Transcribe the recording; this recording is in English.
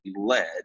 led